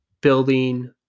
building